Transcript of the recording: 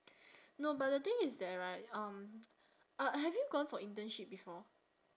no but the thing is that right um uh have you gone for internship before